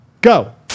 go